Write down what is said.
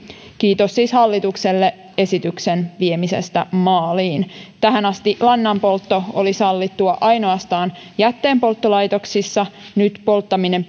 kiitos siis hallitukselle esityksen viemisestä maaliin tähän asti lannanpoltto oli sallittua ainoastaan jätteenpolttolaitoksissa nyt polttaminen